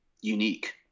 unique